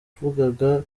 yavugaga